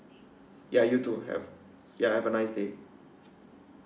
ya you do have ya have a nice day